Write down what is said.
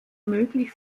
möglich